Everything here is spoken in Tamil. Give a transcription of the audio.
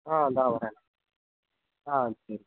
ஆ இந்தா வர்றேன் ஆ சரி